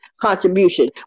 contribution